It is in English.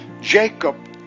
Jacob